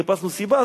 חיפשנו סיבה.